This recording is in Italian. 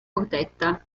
protetta